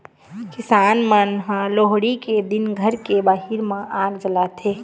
किसान मन लोहड़ी के दिन घर के बाहिर म आग जलाथे